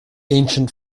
ancient